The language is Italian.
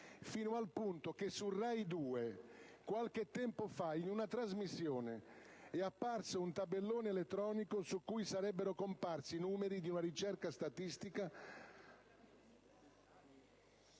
al punto che su Raidue qualche tempo fa, in una trasmissione, è apparso un tabellone elettronico su cui sarebbero comparsi i numeri di una ricerca statistica